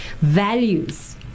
Values